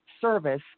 service